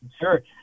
Sure